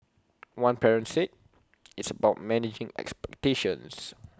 one parent said it's about managing expectations